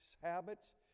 habits